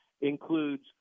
includes